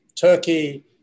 Turkey